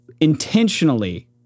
intentionally